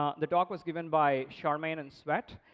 um the talk was given by charmaine and svet.